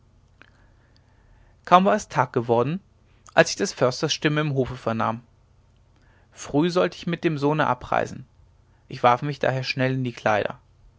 kaum war es tag worden als ich des försters stimme im hofe vernahm früh sollte ich mit dem sohne abreisen ich warf mich daher schnell in die kleider